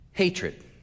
Hatred